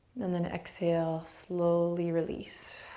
then then exhale, slowly release.